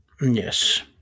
Yes